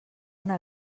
una